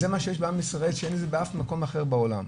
זה מה שיש בעם ישראל שאין את זה באף מקום אחר בעולם.